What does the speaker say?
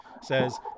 says